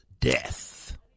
death